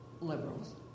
liberals